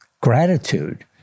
gratitude